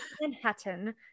Manhattan